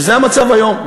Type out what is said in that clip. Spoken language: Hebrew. וזה המצב היום,